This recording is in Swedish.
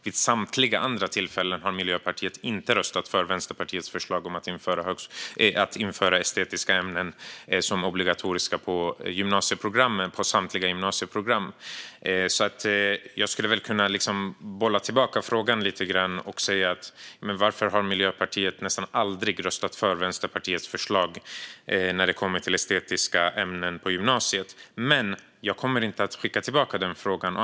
Vid samtliga andra tillfällen har Miljöpartiet inte röstat för Vänsterpartiets förslag om att införa estetiska ämnen som obligatoriska på samtliga gymnasieprogram. Jag skulle kunna bolla tillbaka frågan lite grann och säga: Varför har Miljöpartiet nästan aldrig röstat för Vänsterpartiets förslag när det kommer till estetiska ämnen på gymnasiet? Men jag kommer inte att skicka tillbaka den frågan.